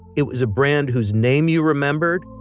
it was a brand whose name you remembered,